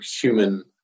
human